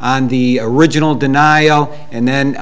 on the original deny and then